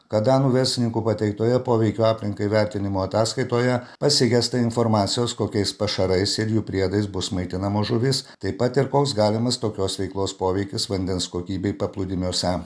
kad danų verslininkų pateiktoje poveikio aplinkai vertinimo ataskaitoje pasigesta informacijos kokiais pašarais ir jų priedais bus maitinamos žuvys taip pat ir koks galimas tokios veiklos poveikis vandens kokybei paplūdimiuose